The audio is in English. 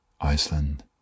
Iceland